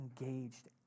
engaged